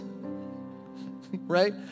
Right